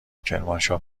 کرمانشاه